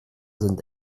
sind